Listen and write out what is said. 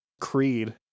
creed